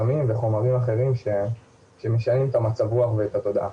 סמים וחומרים אחרים שמשנים את מצב הרוח ואת התודעה.